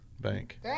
Bank